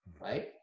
Right